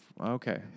Okay